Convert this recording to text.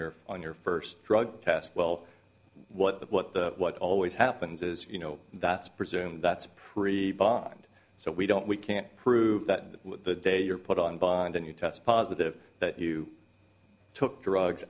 your on your first drug test well what what the what always happens is you know that's presume that's free bond so we don't we can't prove that the day you're put on bond and you test positive that you took drugs